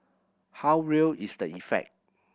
how real is the effect